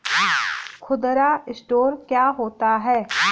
खुदरा स्टोर क्या होता है?